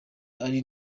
ari